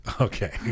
Okay